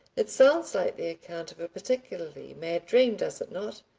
it sounds like the account of a particularly mad dream, does it not?